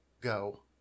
Go